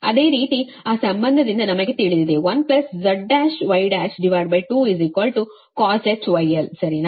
ಅದೇ ರೀತಿ ಆ ಸಂಬಂಧದಿಂದ ನಮಗೆ ತಿಳಿದಿದೆ 1Z1Y12cosh γl ಸರಿನಾ